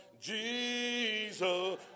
Jesus